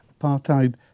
Apartheid